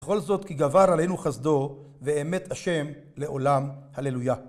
בכל זאת כי גבר עלינו חסדו, ואמת השם לעולם הללויה.